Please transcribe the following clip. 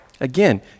Again